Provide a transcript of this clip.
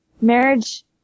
marriage